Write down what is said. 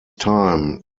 time